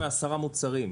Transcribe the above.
--- עשרה מוצרים.